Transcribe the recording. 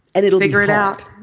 and it'll figure it out.